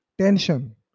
tension